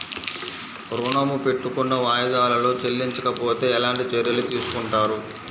ఋణము పెట్టుకున్న వాయిదాలలో చెల్లించకపోతే ఎలాంటి చర్యలు తీసుకుంటారు?